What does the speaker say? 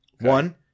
One